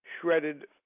shredded